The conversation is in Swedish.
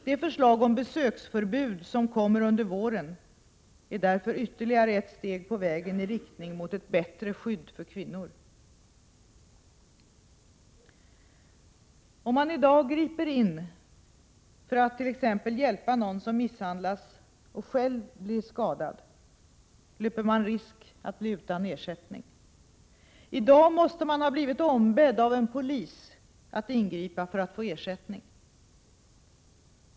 Det förslag om besöksförbud som kommer under våren är därför ytterligare ett steg på vägen i riktning mot ett bättre skydd för kvinnor. Om mani dag griper in för att t.ex. hjälpa någon som misshandlas och själv blir skadad, löper man risk att bli utan ersättning. I dag måste man ha blivit ombedd av en polis att ingripa för att få ersättning.